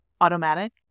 automatic